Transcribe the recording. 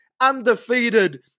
undefeated